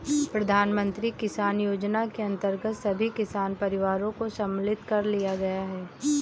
प्रधानमंत्री किसान योजना के अंतर्गत सभी किसान परिवारों को सम्मिलित कर लिया गया है